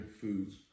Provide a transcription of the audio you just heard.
foods